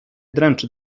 dręczy